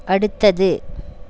அடுத்தது